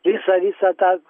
visą visą tą